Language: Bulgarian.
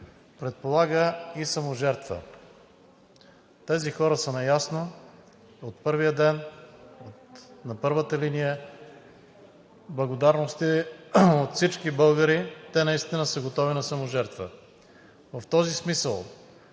предполага и саможертва. Тези хора са наясно от първия ден, на първата линия – благодарности от всички българи, те наистина са готови на саможертва.